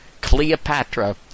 Cleopatra